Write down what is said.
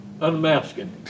Unmasking